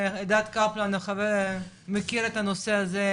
אלעד קפלן החבר מכיר את הנושא הזה,